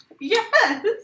Yes